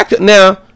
Now